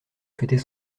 fêter